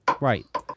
right